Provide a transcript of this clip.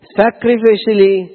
sacrificially